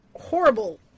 horrible